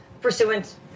pursuant